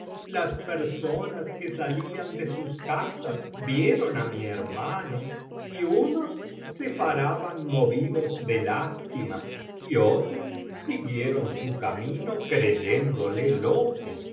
las personas que salían de sus casas vieron á mi hermano y unos se paraban movidos de lástima y otros siguieron su camino creyéndole loco y